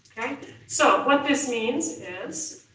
okay, so what this means is